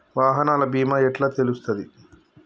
వాహనాల బీమా ఎట్ల తెలుస్తది?